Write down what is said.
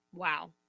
Wow